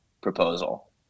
proposal